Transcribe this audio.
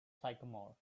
sycamore